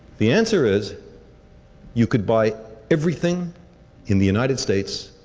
the answer is you could buy everything in the united states,